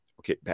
okay